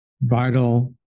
vital